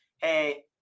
Hey